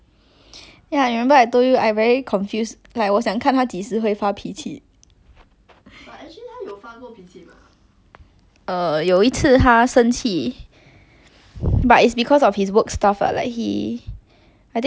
err 有一次他生气 but it's because of his work stuff err like he I think there was this very rude supervisor at his workplace then but then is over text lah so I cannot really tell how angry he is also like he just text me and say he damn angry